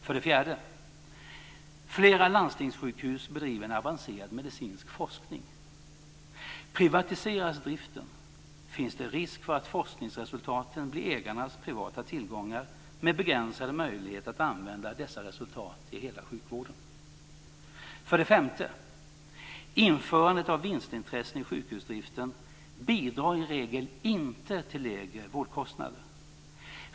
För det fjärde: Flera landstingssjukhus bedriver en avancerad medicinsk forskning. Privatiseras driften finns det risk för att forskningsresultaten blir ägarnas privata tillgångar med begränsade möjligheter att använda dessa resultat i hela sjukvården. För det femte: Införande av vinstintressen i sjukhusdriften bidrar i regel inte till lägre vårdkostnader.